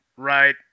Right